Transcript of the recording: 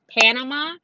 Panama